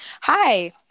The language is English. hi